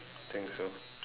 I think so